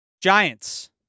Giants